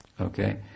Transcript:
Okay